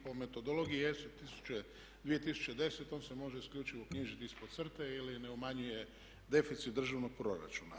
Po metodologiji ESA 2010. on se može isključivo knjižiti ispod crte i ne umanjuje deficit državnog proračuna.